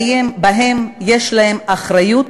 שבהם יש להם אחריות